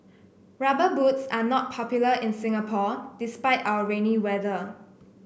rubber boots are not popular in Singapore despite our rainy weather